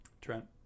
Trent